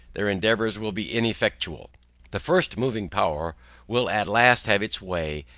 their endeavors will be ineffectual the first moving power will at last have its way,